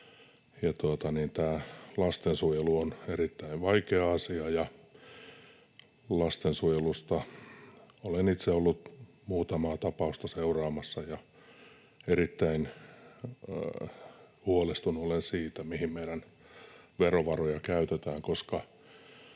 Lastensuojelu on erittäin vaikea asia. Olen itse ollut muutamaa ta-pausta seuraamassa, ja erittäin huolestunut olen siitä, mihin meidän verovaroja käytetään,